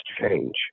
change